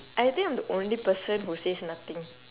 I think I'm the only person who says nothing